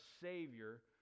Savior